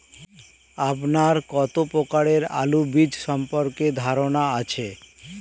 আপনার কত প্রকারের আলু বীজ সম্পর্কে ধারনা আছে?